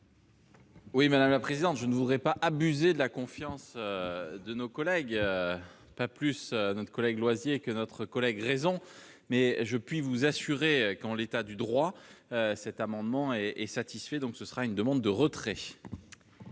Oui, madame la présidente, je ne voudrais pas abuser de la confiance de nos collègues, pas plus, notre collègue loisirs que notre collègue raison mais je puis vous assurer qu'en l'état du droit, cet amendement est est satisfait, donc ce sera une demande de retrait.